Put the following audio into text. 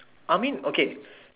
I mean okay